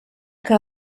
que